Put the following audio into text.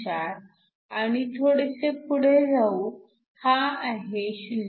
4 आणि थोडेसे पुढे जाऊ हा आहे 0